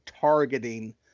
targeting